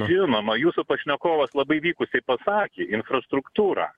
žinoma jūsų pašnekovas labai vykusiai pasakė infrastruktūra